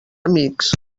amics